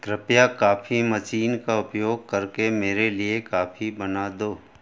कृपया coffee machine का उपयोग करके मेरे लिए काफी बना दो